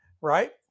right